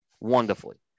wonderfully